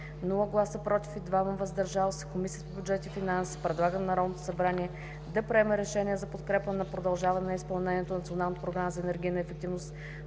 и 2 гласа „въздържал се“ Комисията по бюджет и финанси предлага на Народното събрание да приеме Решение за подкрепа на продължаване на изпълнението на Националната програма за енергийна ефективност